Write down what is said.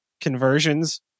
conversions